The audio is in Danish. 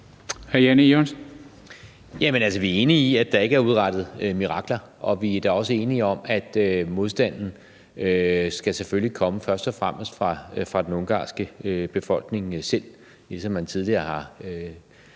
vi er enige i, at der ikke er udrettet mirakler. Og vi er da også enige om, at modstanden selvfølgelig først og fremmest skal komme fra den ungarske befolkning selv, ligesom man tidligere har gjort